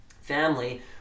family